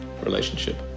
relationship